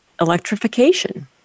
electrification